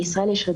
שאני אציג,